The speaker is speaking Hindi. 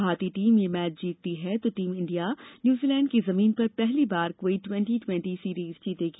भारतीय टीम यह मैच जीतती है तो टीम इंडिया न्यूजीलैंड की जमीन पर पहली बार कोई ट्वेंटी ट्वेंटी सीरीज जीतेगी